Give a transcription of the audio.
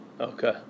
okay